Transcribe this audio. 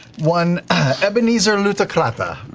one ebenezer lootacrata.